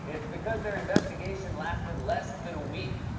it's because their investigation lasted less than a week.